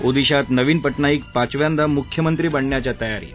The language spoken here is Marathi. ओदिशात नवीन पटनाईक पाचव्यांदा मुख्यमंत्री बनण्याच्या तयारीत